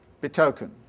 betoken